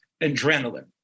adrenaline